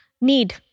need